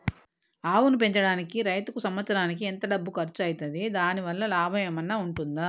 ఆవును పెంచడానికి రైతుకు సంవత్సరానికి ఎంత డబ్బు ఖర్చు అయితది? దాని వల్ల లాభం ఏమన్నా ఉంటుందా?